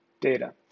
data